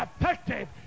effective